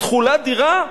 תכולת דירה?